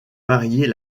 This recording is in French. varier